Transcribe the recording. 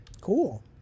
cool